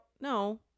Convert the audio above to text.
no